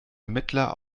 ermittler